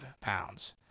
pounds